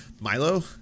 milo